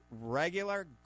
regular